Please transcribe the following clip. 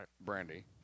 Brandy